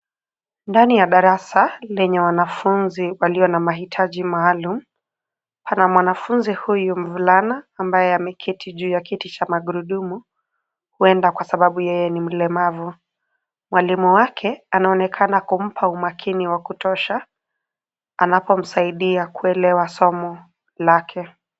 Ndani ya darasa lenye wanafunzi walio na mahitaji maalum. Pana mwanafunzi huyu mvulana ambaye ameketi juu ya kiti cha magurudumu. Huenda kwa sababu yeye ni mlemavu. Mwalimu wake anaonekana kumpa umakini wa kutosha anapomsaidia kuelewa somo lake.